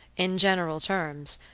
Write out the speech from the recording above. in general terms,